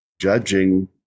judging